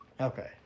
Okay